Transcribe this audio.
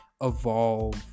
evolve